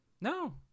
No